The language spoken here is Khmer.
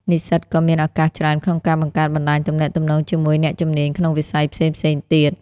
និស្សិតក៏មានឱកាសច្រើនក្នុងការបង្កើតបណ្តាញទំនាក់ទំនងជាមួយអ្នកជំនាញក្នុងវិស័យផ្សេងៗទៀត។